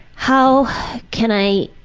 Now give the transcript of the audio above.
how can i.